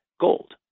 gold